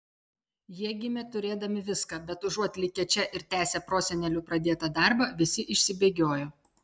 jie gimė turėdami viską bet užuot likę čia ir tęsę prosenelių pradėtą darbą visi išsibėgiojo